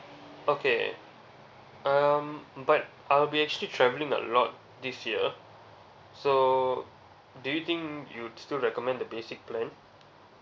okay um but I will be actually travelling a lot this year so do you think you would still recommend the basic plan